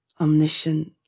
omniscient